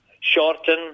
Shorten